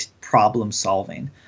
problem-solving